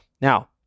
Now